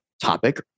topic